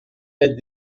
est